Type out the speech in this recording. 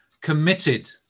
committed